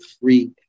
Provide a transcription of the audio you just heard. free